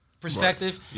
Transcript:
perspective